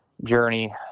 journey